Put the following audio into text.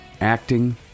acting